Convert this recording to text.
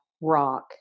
rock